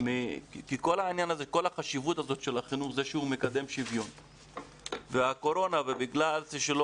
כל החשיבות הזאת של החינוך זה שהוא מקדם שוויון והקורונה ובגלל זה שלא